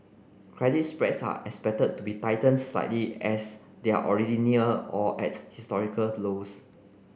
credit spreads are expected to be tightened slightly as they are already near or at historical lows